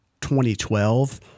2012